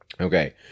Okay